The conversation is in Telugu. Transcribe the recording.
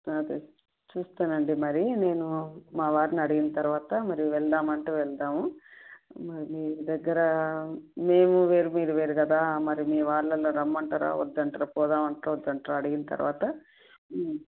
అదే చూస్తాను అండి మరి నేను మా వారిని అడిగిన తర్వాత మరి వెళ్దాం అంటే వెళ్దాం మరి మీ దగ్గర మేము వేరు మీరు వేరు కదా మరి మీ వాళ్ళలో రమ్మంటారా వద్దంటారా పోదామంటారో వద్దంటారో అడిగిన తర్వాత